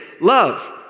love